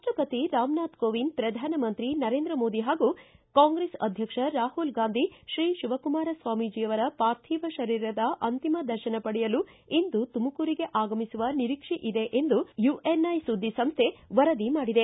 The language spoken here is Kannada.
ರಾಪ್ಲಪತಿ ರಾಮನಾಥ್ ಕೋವಿಂದ್ ಪ್ರಧಾನಮಂತ್ರಿ ನರೇಂದ್ರ ಮೋದಿ ಕಾಂಗ್ರೆಸ್ ಅಧ್ಯಕ್ಷ ರಾಹುಲ್ ಗಾಂಧಿ ಅವರು ಶ್ರೀ ತಿವಕುಮಾರ ಸ್ನಾಮೀಜಿ ಅವರ ಪಾರ್ಥಿವ ಶರೀರದ ಅಂತಿಮ ದರ್ಶನ ಪಡೆಯಲು ಇಂದು ತುಮಕೂರಿಗೆ ಆಗಮಿಸುವ ನೀರಿಕ್ಷೆ ಇದೆ ಎಂದು ಯುಎನ್ಐ ಸುದ್ದಿ ಸಂಸ್ಥೆ ವರದಿ ತಿಳಿಸಿದೆ